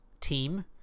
team